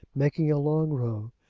making a long row,